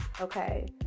okay